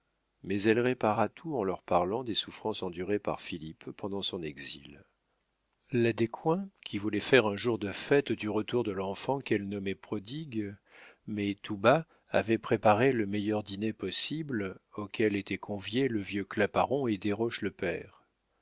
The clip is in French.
mais elle répara tout en leur parlant des souffrances endurées par philippe pendant son exil la descoings qui voulait faire un jour de fête du retour de l'enfant qu'elle nommait prodigue mais tout bas avait préparé le meilleur dîner possible auquel étaient conviés le vieux claparon et desroches le père